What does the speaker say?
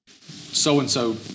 so-and-so